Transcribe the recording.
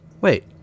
wait